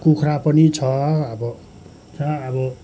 कुखुरा पनि छ अब छ अब